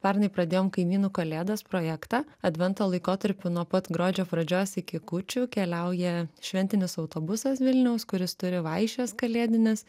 pernai pradėjom kaimynų kalėdos projektą advento laikotarpiu nuo pat gruodžio pradžios iki kūčių keliauja šventinis autobusas vilniaus kuris turi vaišes kalėdines